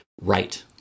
right